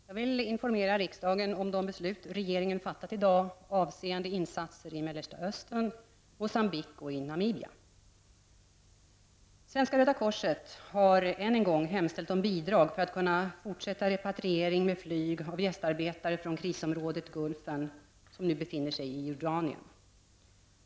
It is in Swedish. Herr talman! Jag vill informera riksdagen om de beslut som regeringen i dag fattat avseende insatser i Mellanöstern, Moçambique och Namibia. Svenska röda korset har än en gång hemställt om bidrag för att kunna fortsätta repatriering med flyg av gästarbetare. Gästarbetarna kommer från krisområdet Gulfen och befinner sig nu i Jordanien.